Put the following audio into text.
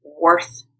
worth